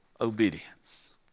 obedience